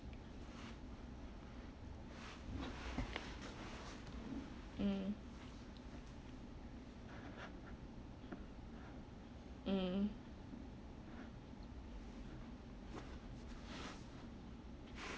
mm mm